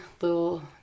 little